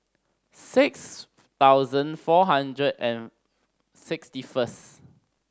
six thousand four hundred and sixty first